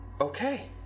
Okay